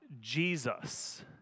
Jesus